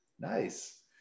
Nice